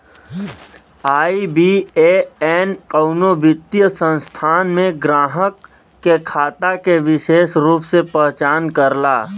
IBAN कउनो वित्तीय संस्थान में ग्राहक के खाता के विसेष रूप से पहचान करला